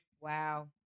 Wow